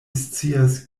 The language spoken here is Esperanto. scias